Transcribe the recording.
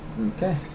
Okay